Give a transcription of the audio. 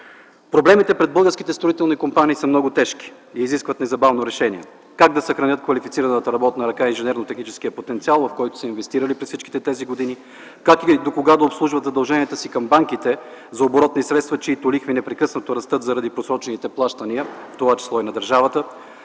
Проблемите пред българските строителни компании са много тежки и изискват незабавно решение: как да съхранят квалифицираната работна ръка и инженерно-техническия потенциал, в който са инвестирали през всички тези години; как и докога да обслужват задълженията си към банките за оборотни средства, чиито лихви непрекъснато растат заради просрочените плащания, в това число и на държавата;